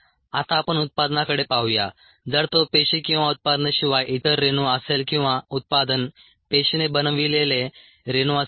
आता आपण उत्पादनाकडे पाहूया जर तो पेशी किंवा उत्पादनाशिवाय इतर रेणू असेल किंवा उत्पादन पेशिने बनविलेले रेणू असेल